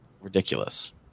Ridiculous